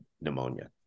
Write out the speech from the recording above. pneumonia